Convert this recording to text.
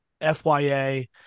FYA